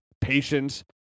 patience